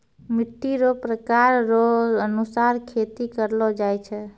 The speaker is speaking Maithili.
मिट्टी रो प्रकार रो अनुसार खेती करलो जाय छै